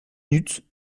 minutes